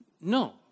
No